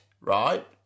right